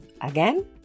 again